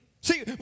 See